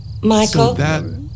Michael